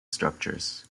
structures